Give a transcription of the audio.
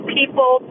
people